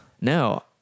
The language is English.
no